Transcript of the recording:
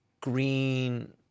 green